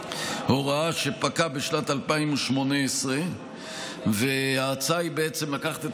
הוראה שפקעה בשנת 2018. ההצעה היא בעצם לקחת את